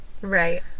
Right